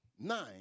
Nine